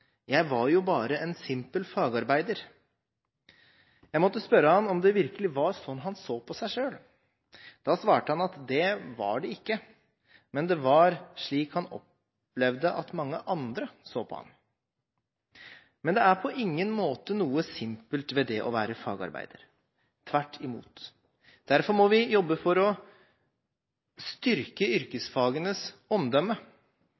Jeg var jo bare en simpel fagarbeider. Jeg måtte spørre ham om det virkelig var sånn han så på seg selv. Da svarte han at det var det ikke, men det var slik han opplevde at mange andre så på ham. Men det er på ingen måte noe simpelt ved det å være fagarbeider – tvert imot. Derfor må vi jobbe for å styrke yrkesfagenes omdømme.